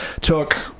took